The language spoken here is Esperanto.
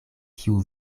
kiu